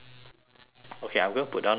okay I'm going to put down the phone and go and talk